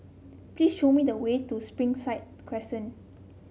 please show me the way to Springside Crescent